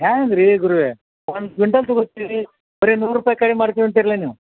ಹೇಗ್ರೀ ಗುರುವೆ ಒಂದು ಕ್ವಿಂಟಲ್ ತೊಗೋತಿರಿ ಬರೀ ನೂರು ರೂಪಾಯಿ ಕಡ್ಮೆ ಮಾಡ್ತೇವಂತೀರಲ್ಲ ನೀವು